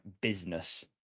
business